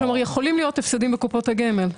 כלומר יכולים להיות הפסדים בקופות הגמל.